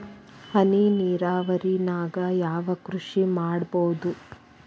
ಹನಿ ನೇರಾವರಿ ನಾಗ್ ಯಾವ್ ಕೃಷಿ ಮಾಡ್ಬೋದು?